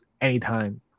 anytime